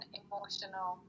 emotional